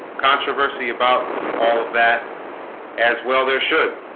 controversy about all of that as well there should